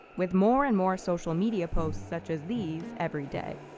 with more and more social media posts such as these every day.